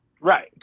Right